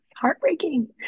heartbreaking